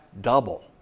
double